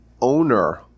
owner